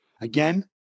Again